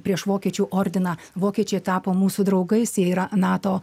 prieš vokiečių ordiną vokiečiai tapo mūsų draugais jie yra nato